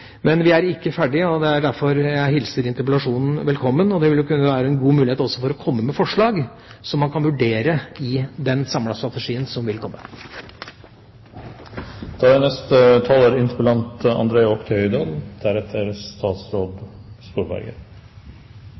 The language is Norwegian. Men vi er ikke ferdige. Derfor hilser jeg denne interpellasjonen velkommen. Det vil også kunne være en god mulighet for å komme med forslag som man kan vurdere i den samlede strategien som vil komme. Jeg takker for svaret. Er